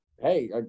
hey